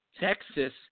Texas